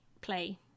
play